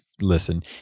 listen